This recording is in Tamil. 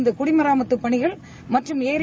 இந்த குடிமாத்தப் பணிகள் மற்றும் ளி